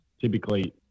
typically